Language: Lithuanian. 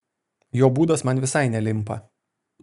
jo būdas man visai nelimpa